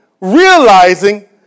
realizing